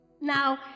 now